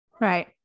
Right